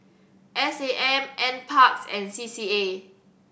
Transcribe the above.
S A M N Parks and C C A